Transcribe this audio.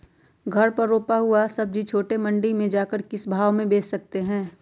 घर पर रूपा हुआ सब्जी छोटे मंडी में जाकर हम किस भाव में भेज सकते हैं?